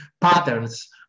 patterns